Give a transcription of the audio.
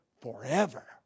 forever